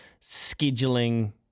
scheduling